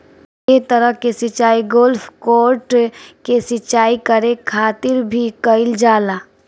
एह तरह के सिचाई गोल्फ कोर्ट के सिंचाई करे खातिर भी कईल जाला